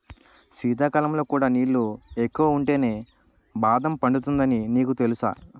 శీతాకాలంలో కూడా నీళ్ళు ఎక్కువుంటేనే బాదం పండుతుందని నీకు తెలుసా?